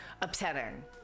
upsetting